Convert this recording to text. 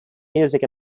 music